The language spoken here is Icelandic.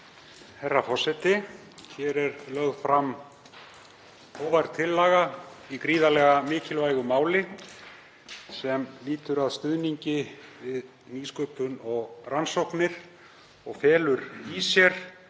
Herra forseti. Hér er lögð fram hógvær tillaga í gríðarlega mikilvægu máli sem lýtur að stuðningi við nýsköpun og rannsóknir og felur í sér